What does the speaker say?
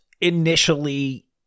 initially